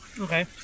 Okay